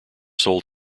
sold